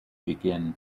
begin